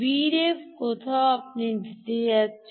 Vref কোথাও আপনি দিতে যাচ্ছেন